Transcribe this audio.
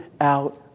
out